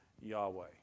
Yahweh